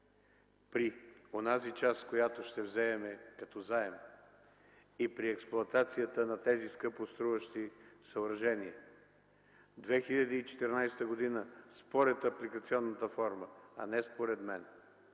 при онази част, която ще вземем като заем, и при експлоатацията на тези скъпоструващи съоръжения през 2014 г., според апликационната форма, а не според мен,